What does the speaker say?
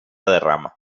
derrama